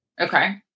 Okay